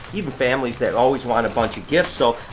even families, that always want a bunch of gifts so,